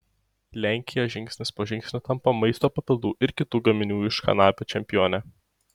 lenkija žingsnis po žingsnio tampa maisto papildų ir kitų gaminių iš kanapių čempione